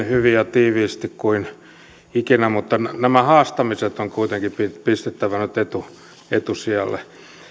hyvin ja tiivisti kuin ikinä mutta nämä haastamiset on kuitenkin pistettävä nyt etusijalle